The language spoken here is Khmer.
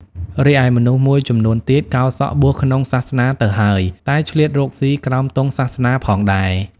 រីឯមនុស្សមួយចំនួនទៀត កោរសក់បួសក្នុងសាសនាទៅហើយ តែឆ្លៀតរកស៊ីក្រោមទង់សាសនាផងដែរ ។